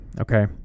okay